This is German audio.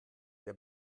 der